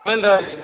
खोलि रहलियैया